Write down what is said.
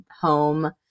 home